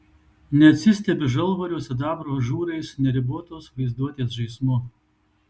neatsistebi žalvario sidabro ažūrais neribotos vaizduotės žaismu